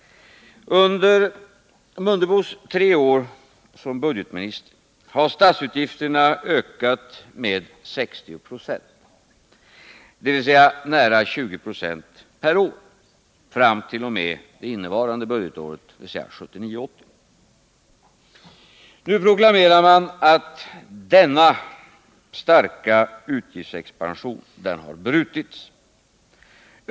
Under herr Mundebos tre år som budgetminister har statsutgifterna ökat med 60 20, dvs. med nära 20 Z per år, fram till och med det innevarande budgetåret 1979/80. Nu proklamerar man att denna starka utgiftsexpansion har brutits.